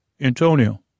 Antonio